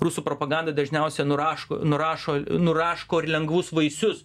rusų propaganda dažniausia nurašk nurašo nuraško ir lengvus vaisius